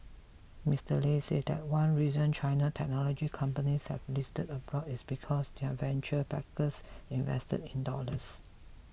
Mister Lei said that one reason China technology companies have listed abroad is because their venture backers invested in dollars